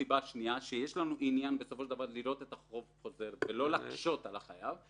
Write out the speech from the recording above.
שיש לנו עניין בספו של דבר לראות את החוב חוזר ולא להקשות על החייב.